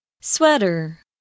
Sweater